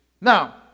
Now